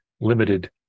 limited